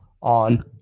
on